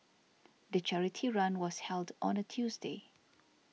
the charity run was held on a Tuesday